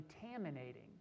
contaminating